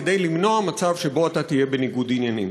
כדי למנוע מצב שבו אתה תהיה בניגוד עניינים.